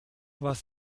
was